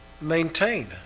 maintain